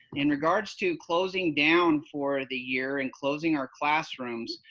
in regards to closing down for the year and closing our classrooms,